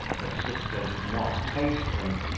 her sister did not taste them,